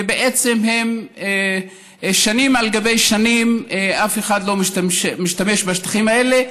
ובעצם שנים על גבי שנים אף אחד לא משתמש בשטחים האלה,